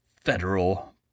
federal